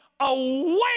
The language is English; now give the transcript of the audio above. away